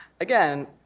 Again